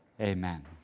Amen